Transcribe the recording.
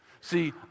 See